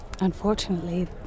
Unfortunately